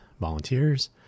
volunteers